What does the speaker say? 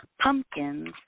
Pumpkins